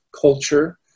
culture